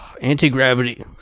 Anti-gravity